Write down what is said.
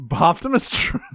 Optimus